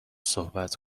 صحبت